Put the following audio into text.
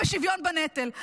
ובשוויון בנטל.